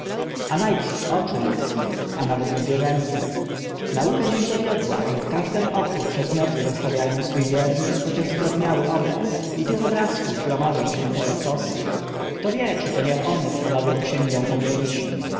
a na przód oczy ludzkie a nawet i zwierzęce nauka dziś dowiodła że w każdym oku przedmioty zostawia ą swó wierny chociaż zdrobniały obraz i tych obrazków gromadzą się całe stosy kto wie czy to nie one stanowią księgę pamięci